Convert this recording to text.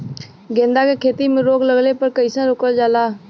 गेंदा की खेती में रोग लगने पर कैसे रोकल जाला?